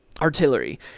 artillery